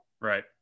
Right